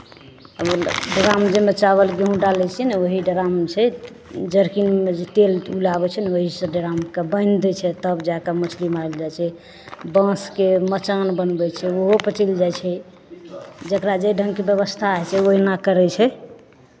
drum जाहिमे चावल गेहुम डालै छियै ने वही ड्राम होइ छै जरकिंगमे जे टेंटवला आबै छै ने ओहीसँ ड्रामके बान्हि दै छै तब जा कऽ मछली मारल जाइ छै बाँसके मचान बनबै छै ओहोपर चलि जाइ छै जकरा जे ढङ्गके व्यवस्था होइ छै ओहिना करै छै